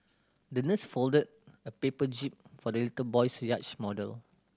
the nurse folded a paper jib for the little boy's yacht model